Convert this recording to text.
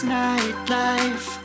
nightlife